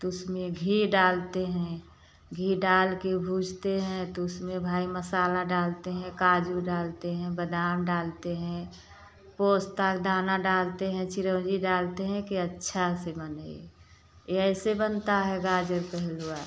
तो उसमें घी डालते हैं घी डाल के भूनते हैं तो उसमें भाई मसाला डालते हैं काजू डालते हैं बादाम डालते हैं पोस्ता का दाना डालते हैं चिरौंजी डालते हैं कि अच्छा से बने ये ऐसे बनता है गाजर के हलुआ